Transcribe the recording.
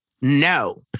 no